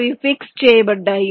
అవి ఫిక్స్ చేయబడ్డాయి